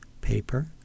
paper